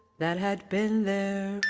that had been there